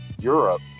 Europe